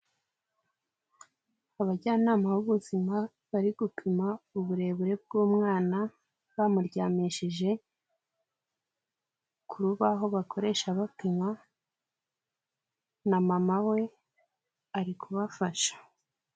Abajyanama b'ubuzima bari gupima uburebure bw'umwana, bamuryamishije ku rubaho bakoresha bapima na mama we ari kubafasha.